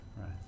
right